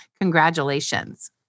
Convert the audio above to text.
Congratulations